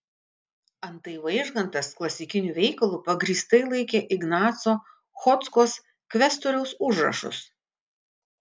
antai vaižgantas klasikiniu veikalu pagrįstai laikė ignaco chodzkos kvestoriaus užrašus